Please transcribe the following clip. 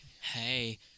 hey